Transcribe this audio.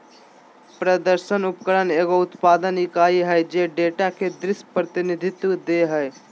प्रदर्शन उपकरण एगो उत्पादन इकाई हइ जे डेटा के दृश्य प्रतिनिधित्व दे हइ